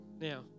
now